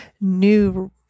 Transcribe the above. new